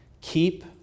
keep